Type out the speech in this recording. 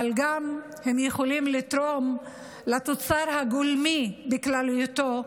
אבל הם גם יכולים לתרום לתוצר הגולמי בכללותו,